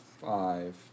five